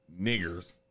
niggers